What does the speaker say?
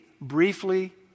briefly